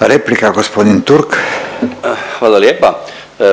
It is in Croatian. Replika g. Turk. **Turk,